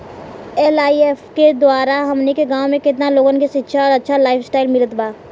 AIF के द्वारा हमनी के गांव में केतना लोगन के शिक्षा और अच्छा लाइफस्टाइल मिलल बा